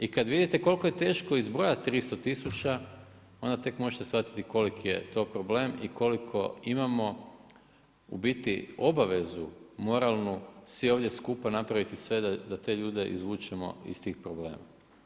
I kad vidite koliko je teško izbrojati 300 tisuća onda tek možete shvatiti koliki je to problem i koliko imamo u biti obavezu moralnu svi ovdje skupa napraviti sve da te ljude izvučemo iz tih problema.